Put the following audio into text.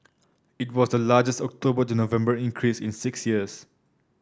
it was the largest October to November increase in six years